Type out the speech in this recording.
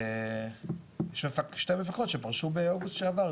יש שתי מפקחות שפרשו באוגוסט שעבר,